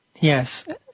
Yes